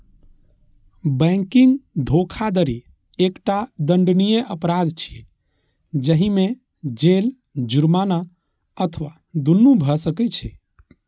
banking धोखाधड़ी एकटा दंडनीय अपराध छियै, जाहि मे जेल, जुर्माना अथवा दुनू भए सकै छै